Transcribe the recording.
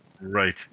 right